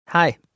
Hi